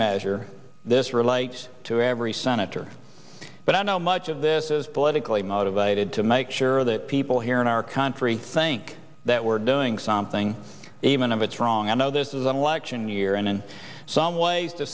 measure this relates to every senator but i know much of this is politically motivated to make sure that people here in our country think that we're doing something even if it's wrong i know this is an election year and in some ways t